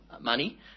money